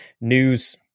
news